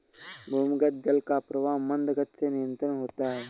भूमिगत जल का प्रवाह मन्द गति से निरन्तर होता है